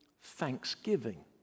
thanksgiving